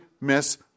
miss